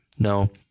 No